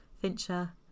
Fincher